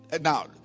Now